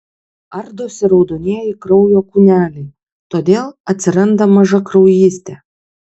ardosi raudonieji kraujo kūneliai todėl atsiranda mažakraujystė